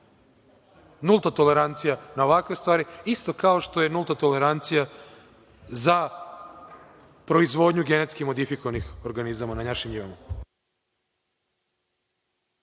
Nulta tolerancija na ovakve stvari. Isto kao što je nulta tolerancija za proizvodnju genetski modifikovanih organizama na našim njivama.